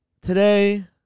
Today